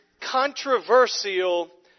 controversial